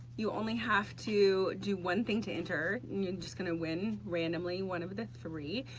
you only have to do one thing to enter, and you're just going to win, randomly, one of the three,